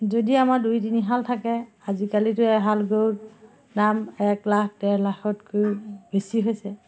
যদি আমাৰ দুই তিনিহাল থাকে আজিকালিতো এহাল গৈ দাম এক লাখ দেৰ লাখতকৈ বেছি হৈছে